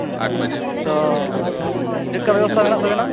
ᱛᱚ ᱪᱮᱫ ᱞᱮᱠᱟ ᱵᱮᱵᱚᱥᱛᱷᱟ ᱢᱮᱱᱟᱜ ᱛᱟᱵᱮᱱᱟ